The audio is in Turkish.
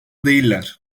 değiller